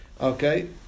Okay